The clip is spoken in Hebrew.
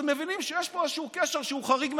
אז הם מבינים שיש פה איזשהו קשר שהוא חריג,